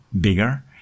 bigger